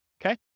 Okay